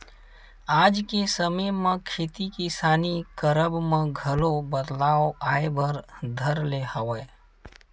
आज के समे म खेती किसानी करब म घलो बदलाव आय बर धर ले हवय